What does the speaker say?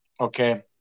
Okay